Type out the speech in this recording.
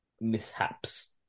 mishaps